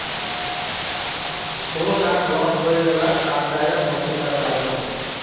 কোন card block হই গেলাত তার জায়গাত নতুন কার্ড পাইচুঙ